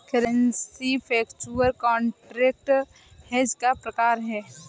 currency future contract hedge का प्रकार है